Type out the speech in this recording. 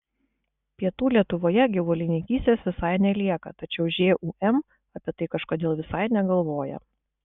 pietų lietuvoje gyvulininkystės visai nelieka tačiau žūm apie tai kažkodėl visai negalvoja